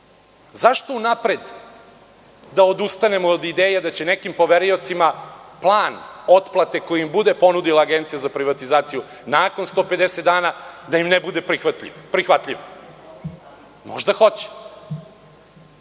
Zašto unapred da odustanemo od ideje da će nekim poveriocima plan otplate koji im bude ponudila Agencija za privatizaciju nakon 150 dana da im ne bude prihvatljiv. Možda hoće. Sa